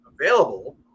available